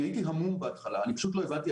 הייתי המום בהתחלה, פשוט לא הבנתי.